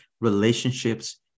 relationships